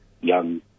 young